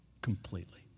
completely